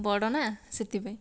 ବଡ଼ ନା ସେଥିପାଇଁ